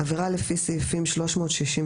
עבירה לפי סעיפים 368